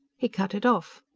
he cut it off.